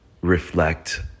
reflect